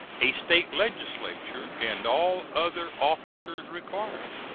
a state legislature, and all other officers required.